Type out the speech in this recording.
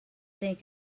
think